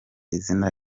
izina